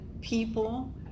people